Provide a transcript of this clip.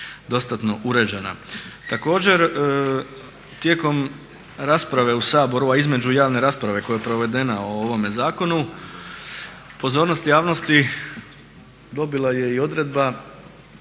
Također, tijekom rasprave u Saboru a između javne rasprave koja je provedena o ovome zakonu pozornost javnosti dobila je i odredba